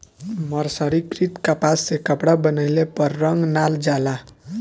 मर्सरीकृत कपास से कपड़ा बनइले पर रंग ना जाला